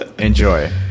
Enjoy